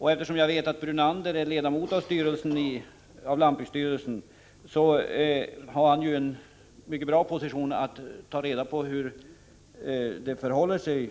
Jag vet också att Lennart Brunander är ledamot av lantbruksstyrelsen och har en mycket bra position när det gäller att ta reda på hur det förhåller sig.